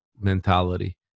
mentality